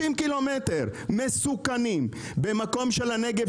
60 קילומטרים מסוכנים בנגב,